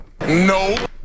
No